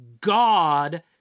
God